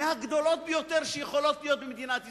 מהגדולות ביותר שיכולות להיות במדינת ישראל.